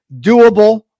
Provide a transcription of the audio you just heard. Doable